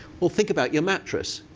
well, think about your mattress.